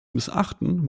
missachten